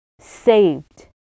Saved